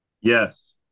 Yes